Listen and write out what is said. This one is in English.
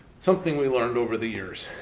something we learned over the years.